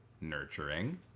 nurturing